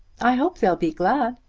i hope they'll be glad.